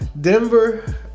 Denver